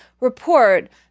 report